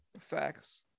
Facts